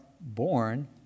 born